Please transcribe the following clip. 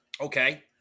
Okay